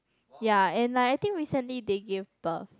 ya and like I think recently they give birth